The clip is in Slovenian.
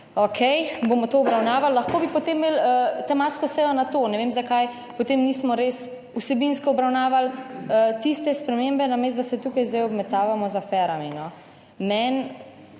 okej, bomo to obravnavali, lahko bi potem imeli tematsko sejo na to, ne vem zakaj potem nismo res vsebinsko obravnavali tiste spremembe, namesto da se tukaj zdaj obmetavamo z aferami. Meni